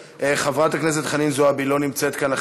חברת הכנסת חנין זועבי לא נמצאת כאן,